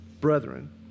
Brethren